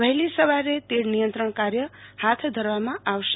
વહેલી સવારે તીડ નિયંત્રણ કાર્ય હાથ ધરવામાં આવશે